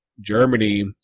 Germany